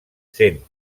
sent